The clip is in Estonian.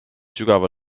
sügava